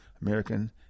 American